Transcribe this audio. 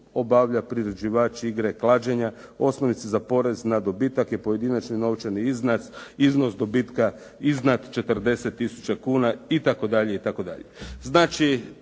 obavlja priređivač igre klađenja, osnovice za porez na dobitak je pojedinačni novčani iznos dobitka iznad 40 tisuća kuna itd.,